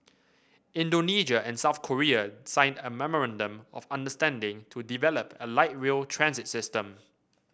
Indonesia and South Korea signed a memorandum of understanding to develop a light rail transit system